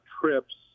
trips